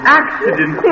accident